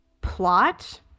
plot